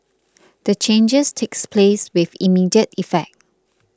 the changes takes place with immediate effect